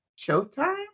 Showtime